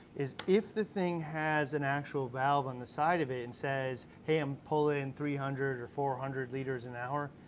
is if the thing has an actual valve on the side of it and says, hey i'm pullin' in three hundred or four hundred liters an hour,